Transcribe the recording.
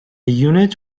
unit